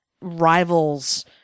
rivals